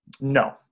No